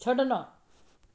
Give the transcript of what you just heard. ਛੱਡਣਾ